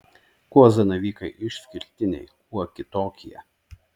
kuo zanavykai išskirtiniai kuo kitokie